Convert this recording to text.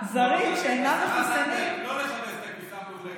זרים שאינם מחוסנים תמר זנדברג,